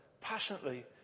passionately